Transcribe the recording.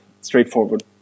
straightforward